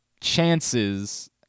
chances